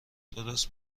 درست